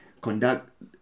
Conduct